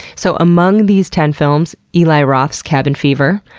so among these ten films eli roth's cabin fever,